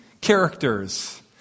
characters